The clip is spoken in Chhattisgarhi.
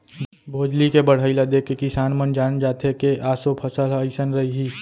भोजली के बड़हई ल देखके किसान मन जान जाथे के ऑसो फसल ह अइसन रइहि